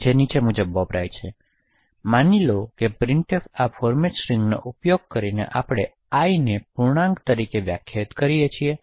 તે નીચે મુજબ વપરાય છે તો માની લો કે પ્રિન્ટફ આ ફોર્મેટ સ્ટ્રિંગનો ઉપયોગ કરીને આપણે i નેપૂર્ણાંક તરીકે વ્યાખ્યાયિત કરીએ છીએ